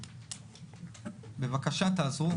בבקשה, תעזרו